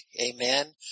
amen